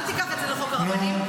אל תיקח את זה לחוק הרבנים.